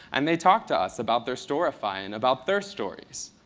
and they talk to us about their storify and about their stories.